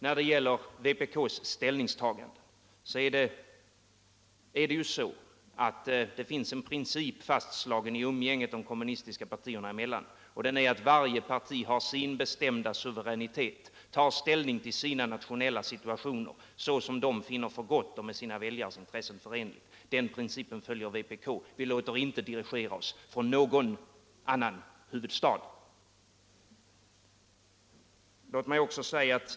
När det gäller vpk:s ställningstagande finns en princip fastslagen för umgänget de kommunistiska partierna emellan, nämligen att varje parti har sin absoluta suveränitet, tar ställning till sina nationella situationer så som man finner för gott och med sina väljares intressen förenligt. Den principen följer vpk. Vi låter inte dirigera oss från något annat land.